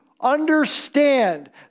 understand